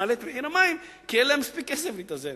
נעלה את מחיר המים כי אין להם מספיק כסף להתאזן.